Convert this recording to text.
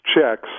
checks